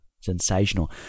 Sensational